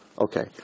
Okay